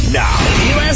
now